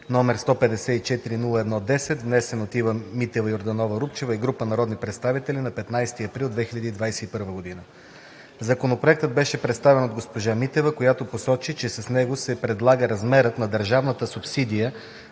№ 154-01-10, внесен от Ива Митева Йорданова-Рупчева и група народни представители на 15 април 2021 г. Законопроектът беше представен от госпожа Митева, която посочи, че с него се предлага размерът на държавната субсидия